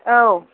औ